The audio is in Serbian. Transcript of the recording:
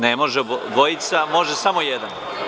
Ne može obojica, može samo jedan.